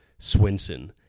Swinson